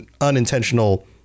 unintentional